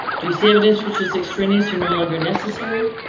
do you see evidence which is extraneous? are no longer necessary?